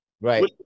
Right